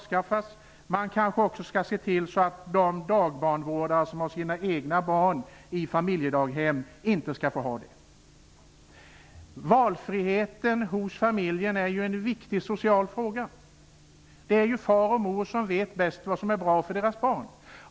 Skall ni kanske också se till att de dagbarnvårdare som har sina egna barn i familjedaghem inte skall få ha det? Valfriheten hos familjen är en viktig social fråga. Det är ju far och mor som vet bäst vad som är bra för deras barn.